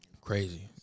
Crazy